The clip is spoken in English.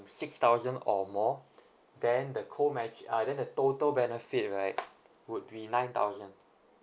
six thousand or more then the co match~ uh then the total benefit right would be nine thousand